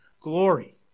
glory